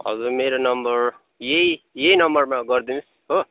हजुर मेरो नम्बर यही यही नम्बरमा गरिदिनु होस् हो